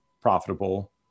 profitable